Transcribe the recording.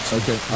okay